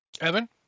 Evan